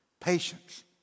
Patience